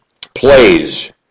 plays